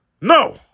No